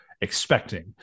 expecting